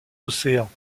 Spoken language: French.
océans